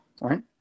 right